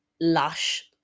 Lush